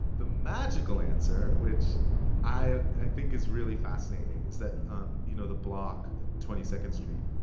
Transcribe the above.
the magical answer which i i think is really fascinating is that um you know the block twenty second st,